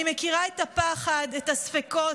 אני מכירה את הפחד, את הספקות.